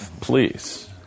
Please